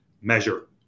measure